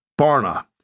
Barna